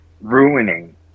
ruining